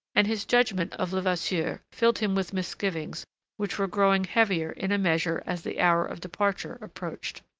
and his judgment of levasseur filled him with misgivings which were growing heavier in a measure as the hour of departure approached.